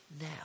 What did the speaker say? now